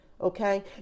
okay